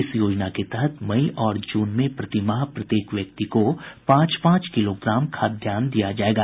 इस योजना के तहत मई और जून में प्रति माह प्रत्येक व्यक्ति को पांच पांच किलोग्राम खाद्यान्न दिया जाएगा